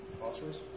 Phosphorus